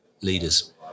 leaders